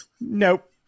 nope